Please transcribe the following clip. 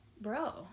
bro